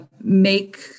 make